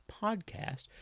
podcast